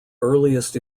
earliest